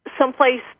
someplace